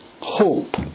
Hope